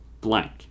blank